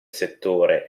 settore